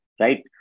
right